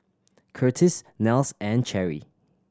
Curtis Nels and Cherry